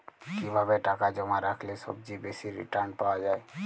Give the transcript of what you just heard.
কিভাবে টাকা জমা রাখলে সবচেয়ে বেশি রির্টান পাওয়া য়ায়?